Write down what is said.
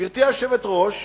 גברתי היושבת-ראש,